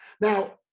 now